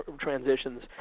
transitions